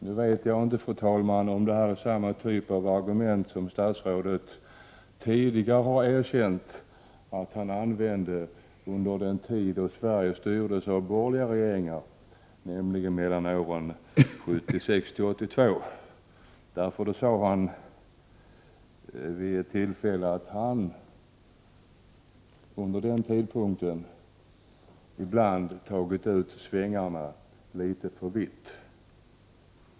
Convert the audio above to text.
Nu vet jag inte, fru talman, om detta är samma typ av argument som statsrådet tidigare har erkänt att han använde under den tid då Sverige styrdes av borgerliga regeringar, nämligen mellan åren 1976 och 1982. Då sade han vid ett tillfälle att han under den tiden ibland hade tagit ut svängarna litet för vitt.